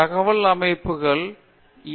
தகவல் அமைப்புகள் பகுதியில் ஈ